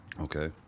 Okay